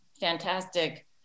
fantastic